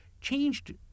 changed